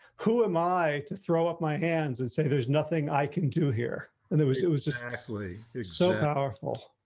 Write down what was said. who am i to throw up my hands and say, there's nothing i can do here and it was yeah it was just absolutely, it's so powerful.